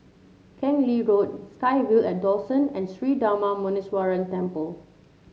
Keng Lee Road SkyVille and Dawson and Sri Darma Muneeswaran Temple